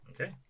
okay